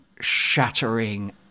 shattering